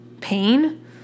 pain